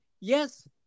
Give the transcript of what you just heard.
Yes